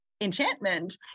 enchantment